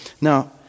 Now